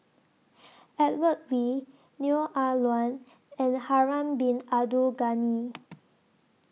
Edmund Wee Neo Ah Luan and Harun Bin Abdul Ghani